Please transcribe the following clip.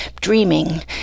dreaming